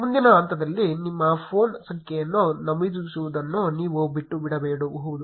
ಮುಂದಿನ ಹಂತದಲ್ಲಿ ನಿಮ್ಮ ಫೋನ್ ಸಂಖ್ಯೆಯನ್ನು ನಮೂದಿಸುವುದನ್ನು ನೀವು ಬಿಟ್ಟುಬಿಡಬಹುದು